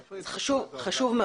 זה חשוב מאוד.